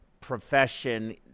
profession